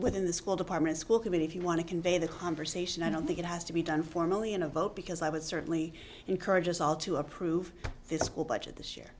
within the school department school committee if you want to convey the conversation i don't think it has to be done four million a vote because i would certainly encourage us all to approve this school budget this year